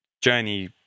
journey